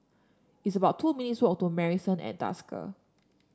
it's about two minutes' walk to Marrison at Desker